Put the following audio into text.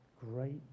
great